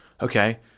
Okay